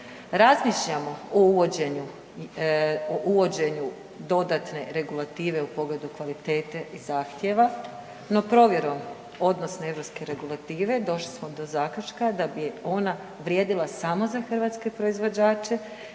uvođenju, o uvođenju dodatne regulative u pogledu kvalitete i zahtjeva, no provjerom odnosne europske regulative došli smo do zaključka da bi ona vrijedila samo za hrvatske proizvođače